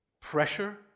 pressure